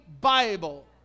Bible